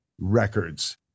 records